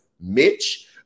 Mitch